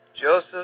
Joseph